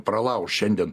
pralauš šiandien